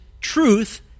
truth